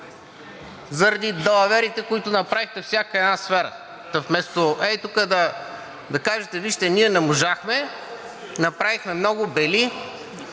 заради далаверите, които направихте във всяка една сфера. И вместо хей тук да кажете: „Вижте, ние не можахме, направихме много бели,